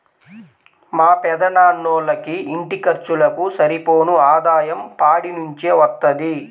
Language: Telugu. మా పెదనాన్నోళ్ళకి ఇంటి ఖర్చులకు సరిపోను ఆదాయం పాడి నుంచే వత్తది